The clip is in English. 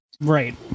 Right